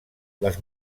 les